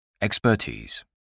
Expertise